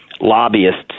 lobbyists